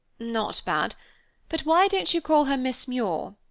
not bad but why don't you call her miss muir?